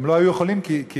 פעמיים